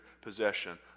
possession